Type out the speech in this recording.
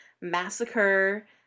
massacre